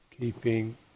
keeping